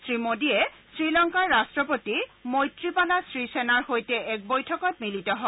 শ্ৰীমোডীয়ে শ্ৰীলংকাৰ ৰাষ্টপতি মৈত্ৰীপালা শ্ৰীসেনাৰ সৈতে এক বৈঠকত মিলিত হয়